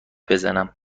بزنم